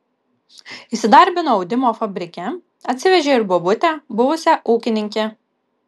įsidarbino audimo fabrike atsivežė ir bobutę buvusią ūkininkę